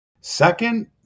second